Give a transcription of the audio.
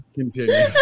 continue